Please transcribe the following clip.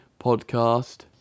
podcast